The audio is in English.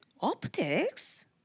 Optics